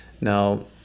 Now